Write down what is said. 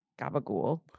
Gabagool